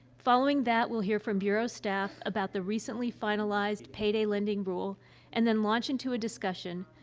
following that, we'll hear from bureau staff about the recently finalized payday lending rule and then launch into a discussion.